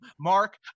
Mark